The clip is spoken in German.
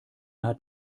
hat